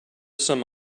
some